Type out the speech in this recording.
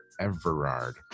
Everard